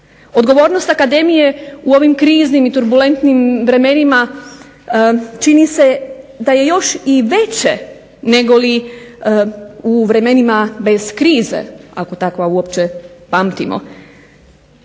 Odgovornost Akademije u ovim kriznim i turbulentnim vremenima čini se da je još i veće negoli u vremenima bez krize, ako takva uopće pamtimo.